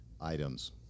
items